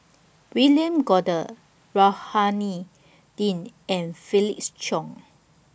William Goode Rohani Din and Felix Cheong